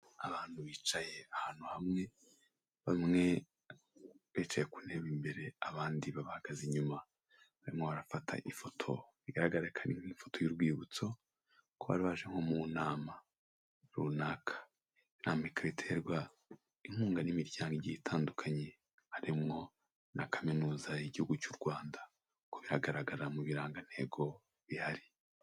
Abantu bicaye ahantu hamwe, bamwe bicaye kuntebe y' imbere abandi bahagaze inyuma, barimo barafata ifoto, bigaragara ko ari ifoto y'urwibutso, kobaribaje nko munama runaka. Inama ikaba iterwa inkunga n'imiryango igiye itandukanye harimo na kaminuza y'igihugu cy' u Rwanda nk'uko bihagaragara mu birangantego bihari.